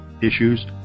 issues